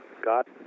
got